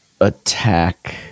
attack